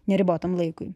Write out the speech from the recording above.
neribotam laikui